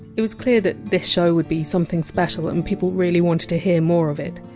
it was clear that this show would be something special and people really wanted to hear more of it.